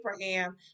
abraham